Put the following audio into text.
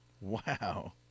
Wow